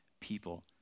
people